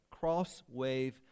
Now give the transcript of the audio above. Crosswave